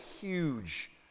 huge